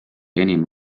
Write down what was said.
enim